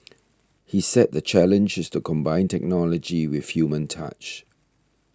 he said the challenge is to combine technology with human touch